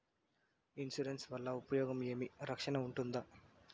Insurance వల్ల ఉపయోగం ఏమి? రక్షణ ఉంటుందా?